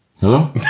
Hello